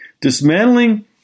Dismantling